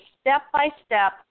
step-by-step